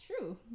true